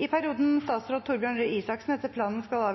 I perioden statsråd Torbjørn Røe Isaksen etter planen skal